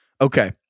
Okay